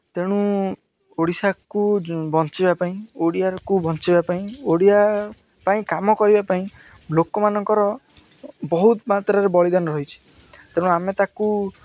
ତେଣୁ ଓଡ଼ିଶାକୁ ବଞ୍ଚିବା ପାଇଁ ଓଡ଼ିଆକୁ ବଞ୍ଚିବା ପାଇଁ ଓଡ଼ିଆ ପାଇଁ କାମ କରିବା ପାଇଁ ଲୋକମାନଙ୍କର ବହୁତ ମାତ୍ରାରେ ବଳିଦାନ ରହିଛିି ତେଣୁ ଆମେ ତାକୁ